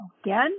again